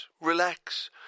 relax